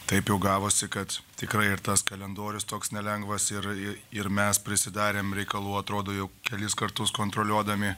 taip jau gavosi kad tikrai ir tas kalendorius toks nelengvas ir ir mes prisidarėm reikalų atrodo jau kelis kartus kontroliuodami